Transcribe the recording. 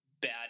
bad